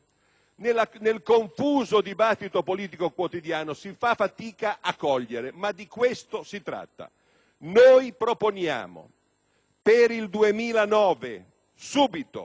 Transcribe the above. Nel confuso dibattito politico quotidiano si fa fatica a cogliere, ma di questo si tratta. Noi proponiamo, per il 2009, subito,